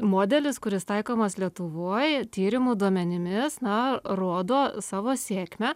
modelis kuris taikomas lietuvoj tyrimų duomenimis na rodo savo sėkmę